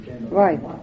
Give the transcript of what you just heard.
Right